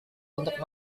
untuk